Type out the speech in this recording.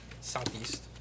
Southeast